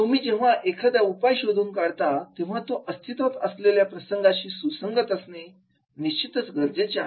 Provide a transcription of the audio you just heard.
तुम्ही जेव्हा एखादा उपाय शोधून काढता तेव्हा तो अस्तित्वात असलेल्या प्रणालीशी सुसंगत असणे निश्चितच गरजेचे आहे